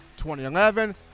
2011